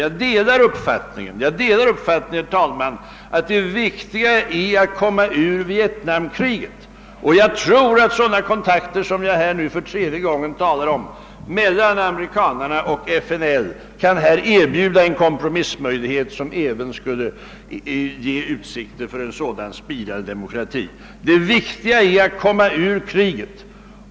Jag delar uppfattningen, herr talman, att det viktiga är att få slut på vietnamkriget, och jag tror att sådana kontakter som jag här nu för tredje gången talar om mellan amerikanarna och FNL kan erbjuda en kompromissmöjlighet som även skulle ge utsikter till en sådan spirande demokrati. Det viktiga är att komma ur kriget.